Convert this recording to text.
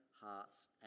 hearts